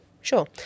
Sure